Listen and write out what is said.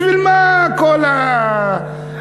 בשביל מה כל ההגדרות?